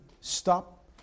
stop